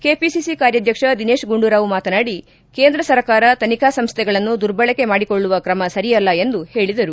KPCC ಕಾರ್ಯಾಧ್ಯಕ್ಷ ದಿನೇಶ್ ಗುಂಡೂರಾವ್ ಮಾತನಾಡಿ ಕೇಂದ್ರ ಸರ್ಕಾರ ತನಿಖಾ ಸಂಸ್ಥೆಗಳನ್ನು ದುರ್ಬಳಕೆ ಮಾಡಿಕೊಳ್ಳುವ ಕ್ರಮ ಸರಿಯಲ್ಲ ಎಂದು ಹೇಳಿದರು